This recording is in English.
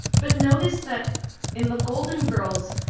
but notice that in the golden girls,